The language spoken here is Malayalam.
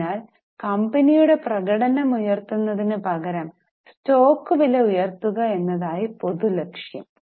അതിനാൽ കമ്പനിയുടെ പ്രകടനം ഉയർത്തുന്നതിന് പകരം സ്റ്റോക്ക് വില ഉയർത്തുക എന്നതായി പൊതു ലക്ഷ്യം